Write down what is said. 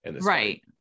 Right